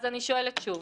אני שואלת שוב.